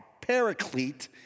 paraclete